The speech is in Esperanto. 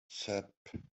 sep